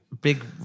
Big